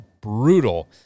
brutal